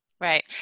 Right